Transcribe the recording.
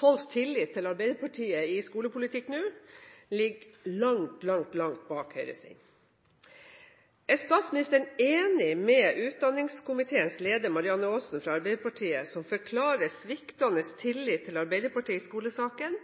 Folks tillit til Arbeiderpartiets skolepolitikk ligger nå langt, langt bak tilliten til Høyres. Er statsministeren enig med utdanningskomiteens leder, Marianne Aasen fra Arbeiderpartiet, som forklarer sviktende tillit til Arbeiderpartiet i skolesakene